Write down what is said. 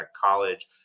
college